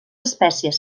espècies